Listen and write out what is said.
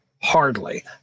Hardly